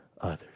others